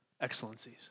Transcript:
excellencies